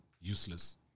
useless